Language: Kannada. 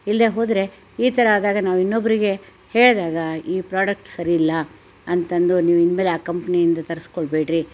ಇಲ್ಲದೇ ಹೋದರೆ ಈ ಥರ ಆದಾಗ ನಾವು ಇನ್ನೊಬ್ಬರಿಗೆ ಹೇಳಿದಾಗ ಈ ಪ್ರಾಡಕ್ಟ್ ಸರಿ ಇಲ್ಲ ಅಂತಂದು ನೀವು ಇನ್ಮೇಲೆ ಆ ಕಂಪ್ನಿಯಿಂದ ತರಿಸ್ಕೊಳ್ಬೇಡ್ರಿ